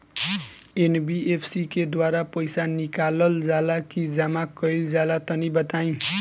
NBFC के द्वारा पईसा निकालल जला की जमा कइल जला तनि बताई?